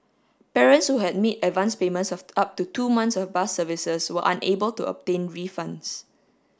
parents who had made advanced payments of up to two months of bus services were unable to obtain refunds